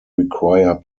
require